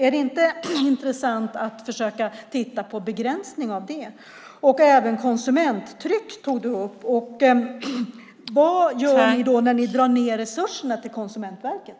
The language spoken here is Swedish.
Är det inte intressant att försöka titta på begränsning av det? Du tog även upp frågan om konsumenttryck. Vad gör ni när ni drar ned resurserna till Konsumentverket?